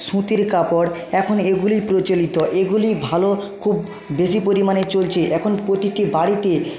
সুঁতির কাপড় এখন এগুলি প্রচলিত এগুলি ভালো খুব বেশি পরিমাণে চলছে এখন প্রতিটি বাড়িতে